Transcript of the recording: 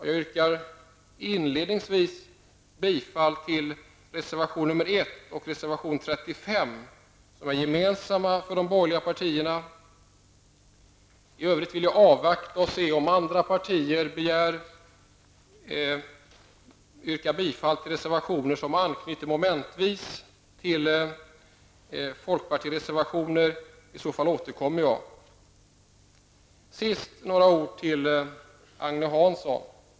Jag yrkar inledningsvis bifall till reservationerna 1 och 35 som är gemensamma för de borgerliga partierna. I övrigt vill jag avvakta och se om andra partier yrkar bifall till reservationer som anknyter momentvis till folkpartireservationer. Jag återkommer i så fall. Till sist några ord till Agne Hansson.